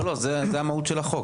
לא, לא, זה המהות של החוק.